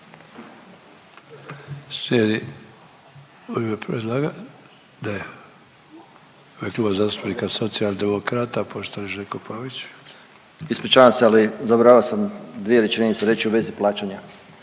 Ispričavam se, ali zaboravio sam dvije rečenice reći u vezi plaćanja